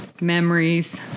Memories